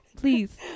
Please